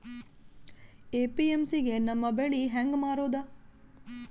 APMC ಗೆ ನಮ್ಮ ಬೆಳಿ ಹೆಂಗ ಮಾರೊದ?